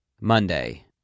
Monday